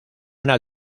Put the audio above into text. una